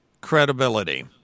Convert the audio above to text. credibility